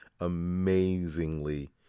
amazingly